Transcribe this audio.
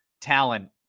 talent